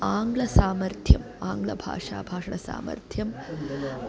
आङ्ग्लसामर्थ्यम् आङ्ग्लभाषाभाषणसामर्थ्यं